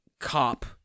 cop